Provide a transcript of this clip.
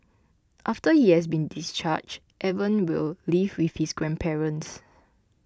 after he has been discharged Evan will live with his grandparents